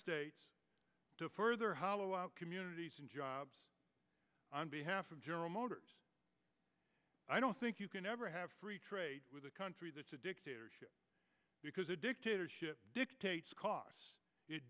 states to further hollow out communities and jobs on behalf of general motors i don't think you can ever have free trade with a country that's a dictatorship because a dictatorship dictates cos